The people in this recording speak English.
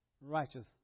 righteous